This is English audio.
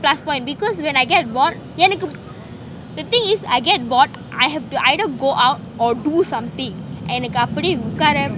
plus point because when I get bored எனக்கு:enakku the thing is I get bored I have to either go out or do something